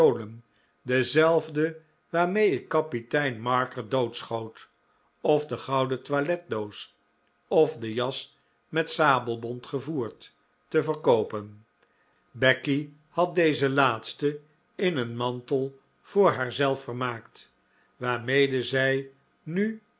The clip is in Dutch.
dezelfde waarmee ik kapitein marker doodschoot ofdegouden toiletdoos of de jas met sabelbont gevoerd te verkoopen becky had deze laatste in een mantel voor haarzelf vermaakt waarmee zij nu